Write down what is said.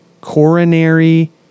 coronary